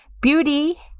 beauty